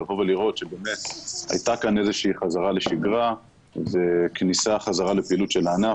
לראות שהייתה כאן איזו חזרה לשגרה וכניסה חזרה לפעילות של הענף,